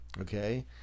Okay